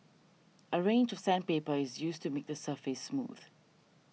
a range of sandpaper is used to make the surface smooth